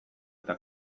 eta